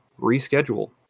reschedule